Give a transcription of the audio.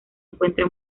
encuentra